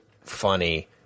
funny